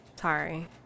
Sorry